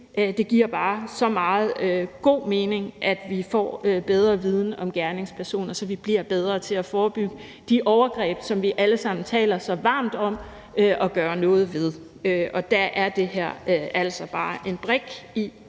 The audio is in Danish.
det giver bare så meget mening, at vi får bedre viden om gerningspersoner, så vi bliver bedre til at forebygge de overgreb, som vi alle sammen taler så varmt om at gøre noget ved. Og der er det her altså bare en brik i